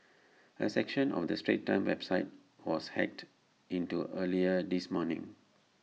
A section of the straits times website was hacked into earlier this morning